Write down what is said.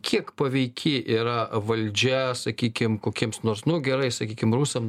kiek paveiki yra valdžia sakykim kokiems nors nu gerai sakykim rusam